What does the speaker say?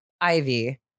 ivy